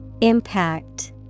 Impact